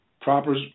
Proper